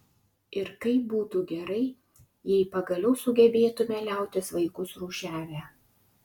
ir kaip būtų gerai jei pagaliau sugebėtume liautis vaikus rūšiavę